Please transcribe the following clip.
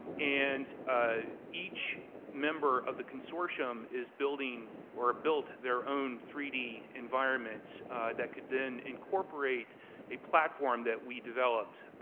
and ah each member of the consortium is building or built their own three d environments that could then incorporate a platform that we developed.